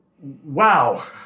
Wow